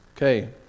Okay